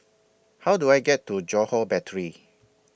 How Do I get to Johore Battery